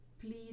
Please